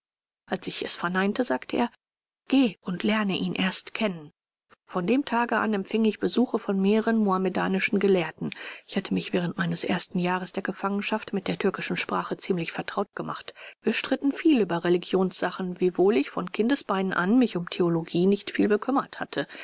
als ich es verneinte sagte er gehe und lerne ihn erst kennen von dem tage an empfing ich besuche von mehreren muhamedanischen gelehrten ich hatte mich während meines ersten jahres der gefangenschaft mit der türkischen sprache ziemlich vertraut gemacht wir stritten viel über religionssachen wiewohl ich von kindesbeinen an mich um theologie nicht viel bekümmert hatte